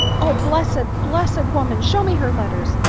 oh, blessed, blessed woman! show me her letters,